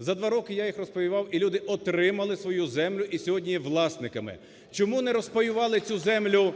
За два роки я їх розпаював і люди отримали свою землю і сьогодні є власниками. Чому не розпаювали цю землю…